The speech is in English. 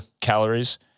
calories